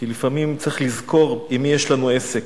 כי לפעמים צריך לזכור עם מי שיש לנו עסק.